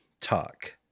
talk